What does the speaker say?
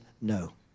no